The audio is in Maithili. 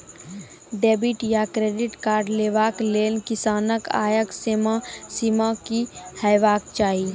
डेबिट या क्रेडिट कार्ड लेवाक लेल किसानक आय सीमा की हेवाक चाही?